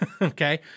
Okay